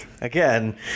again